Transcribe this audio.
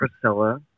Priscilla